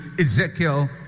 Ezekiel